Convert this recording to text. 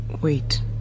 Wait